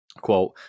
Quote